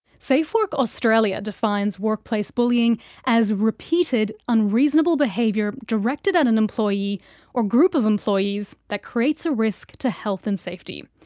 safe work australia defines workplace bullying as repeated unreasonable behaviour directed at an employee or group of employees that creates a risk to health and safety.